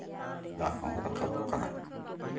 ᱫᱟᱜ ᱦᱚᱸ ᱨᱟᱠᱟᱵ ᱠᱟᱱᱟ